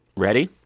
ready?